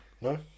No